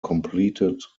completed